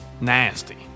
Nasty